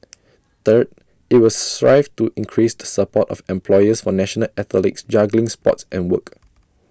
third IT will strive to increase the support of employers for national athletes juggling sports and work